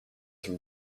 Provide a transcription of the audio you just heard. from